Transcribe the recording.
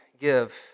give